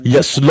Yes